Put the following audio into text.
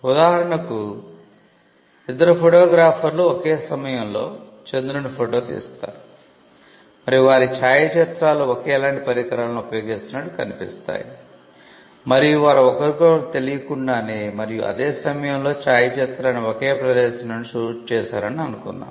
ఉదాహరణకు ఇద్దరు ఫోటోగ్రాఫర్లు ఒకే సమయంలో చంద్రుని ఫోటో తీస్తారు మరియు వారి ఛాయాచిత్రాలు ఒకేలాంటి పరికరాలను ఉపయోగిస్తున్నట్లు కనిపిస్తాయి మరియు వారు ఒకరికొకరు తెలియకుండానే మరియు అదే సమయంలో ఛాయాచిత్రాన్ని ఒకే ప్రదేశం నుండి షూట్ చేశారని అనుకుందాం